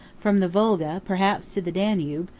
from the volga perhaps to the danube,